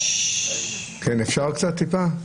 --- אפשר להיות בשקט בבקשה?